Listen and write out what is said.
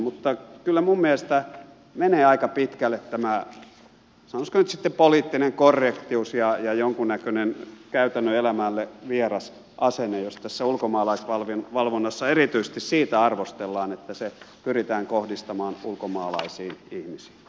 mutta kyllä minun mielestäni menee aika pitkälle tämä sanoisiko nyt sitten poliittinen korrektius ja jonkun näköinen käytännön elämälle vieras asenne jos tässä ulkomaalaisvalvonnassa erityisesti siitä arvostellaan että se pyritään kohdistamaan ulkomaalaisiin ihmisiin